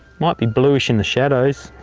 might be blueish in the shadows,